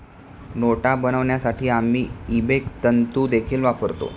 नोटा बनवण्यासाठी आम्ही इबेक तंतु देखील वापरतो